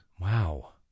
Wow